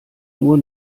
nur